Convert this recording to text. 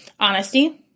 Honesty